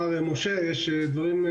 אמר משה שדברים,